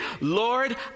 Lord